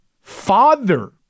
father